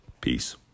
Peace